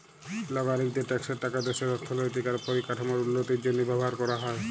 লাগরিকদের ট্যাক্সের টাকা দ্যাশের অথ্থলৈতিক আর পরিকাঠামোর উল্লতির জ্যনহে ব্যাভার ক্যরা হ্যয়